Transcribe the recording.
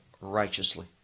righteously